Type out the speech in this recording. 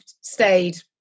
stayed